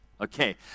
Okay